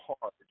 hard